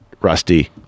Rusty